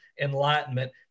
enlightenment